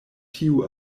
tiu